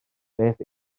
beth